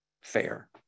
fair